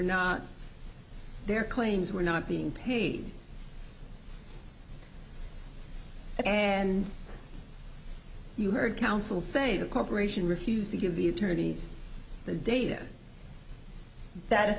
not their claims were not being paid and you heard counsel say the corporation refused to give you turkeys the data that is